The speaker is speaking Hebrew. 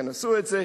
עשו את זה.